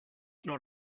not